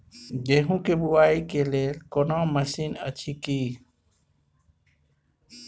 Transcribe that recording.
गेहूँ के बुआई के लेल कोनो मसीन अछि की?